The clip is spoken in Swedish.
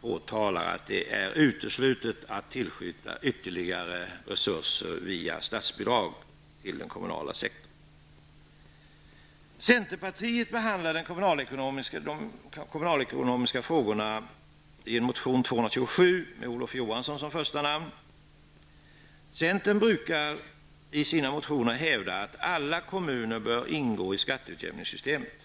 påtalas att det är uteslutet att tillskjuta ytterligare resurser via statsbidrag till den kommunala sektorn. Centerpartiet behandlar de kommunalekonomiska frågorna i motion 227 med Olof Johansson som första namn. Centern brukar i sina motioner hävda att alla kommuner bör ingå i skatteutjämningssystemet.